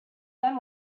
then